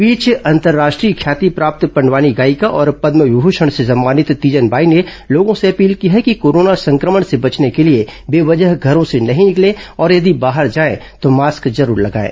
इस बीच अंतर्राष्ट्रीय ख्याति प्राप्त पंडवानी गायिका और पदम विभूषण से सम्मानित तीजन बाई ने लोगों से अपील की है कि कोरोना संक्रमण से बचने के लिए बेवजह घर से नहीं निकले और यदि बाहर जाए को मास्क जरूर लगाएं